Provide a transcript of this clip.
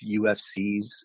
UFCs